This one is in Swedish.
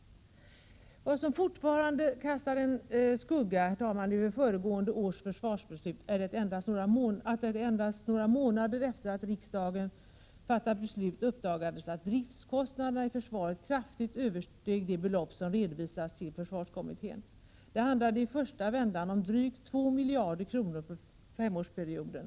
Något som fortfarande kastar sin skugga över föregående års försvarsbeslut är att det endast några månader efter det att riksdagen fattat sitt beslut uppdagades att försvarets driftskostnader kraftigt översteg de belopp som redovisats till försvarskommittén. Det handlade i första vändan om drygt 2 miljarder kronor för femårsperioden.